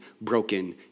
broken